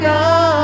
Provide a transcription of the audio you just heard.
God